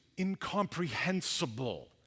incomprehensible